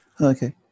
Okay